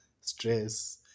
stress